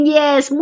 yes